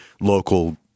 local